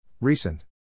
Recent